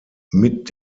mit